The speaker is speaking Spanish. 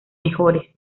mejores